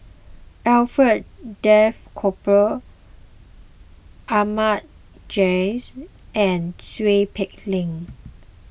Alfred Duff Cooper Ahmad Jais and Seow Peck Leng